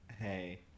Hey